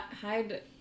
Hide